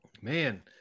Man